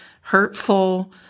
hurtful